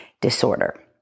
disorder